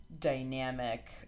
dynamic